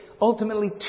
ultimately